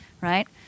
Right